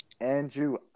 Andrew